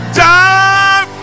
die